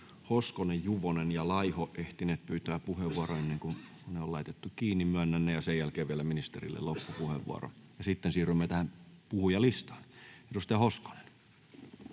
Hoskonen, Juvonen ja Laiho ehtineet pyytää puheenvuoroa, ennen kuin ne on laitettu kiinni. Myönnän ne, ja sen jälkeen vielä ministerille loppupuheenvuoro. Sitten siirrymme tähän puhujalistaan. — Edustaja Hoskonen.